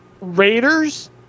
Raiders